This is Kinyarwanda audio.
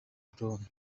brown